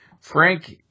Frank